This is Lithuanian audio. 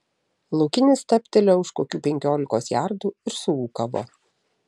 laukinis stabtelėjo už kokių penkiolikos jardų ir suūkavo